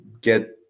get